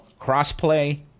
Crossplay